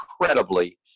incredibly